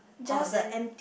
orh then